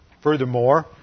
Furthermore